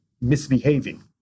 misbehaving